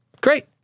Great